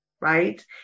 Right